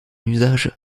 usage